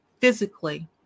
physically